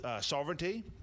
sovereignty